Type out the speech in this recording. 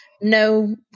no